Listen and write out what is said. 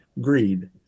greed